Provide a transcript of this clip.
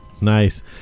Nice